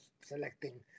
selecting